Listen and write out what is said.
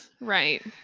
Right